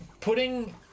putting